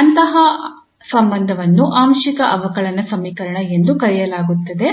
ಅಂತಹ ಸಂಬಂಧವನ್ನು ಆಂಶಿಕ ಅವಕಲನ ಸಮೀಕರಣ ಎಂದು ಕರೆಯಲಾಗುತ್ತದೆ